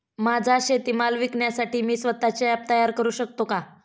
माझा शेतीमाल विकण्यासाठी मी स्वत:चे ॲप तयार करु शकतो का?